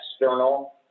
external